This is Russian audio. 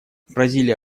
бразилия